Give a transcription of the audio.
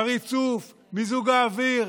הריצוף, מיזוג האוויר,